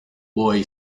boy